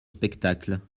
spectacles